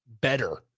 better